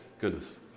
goodness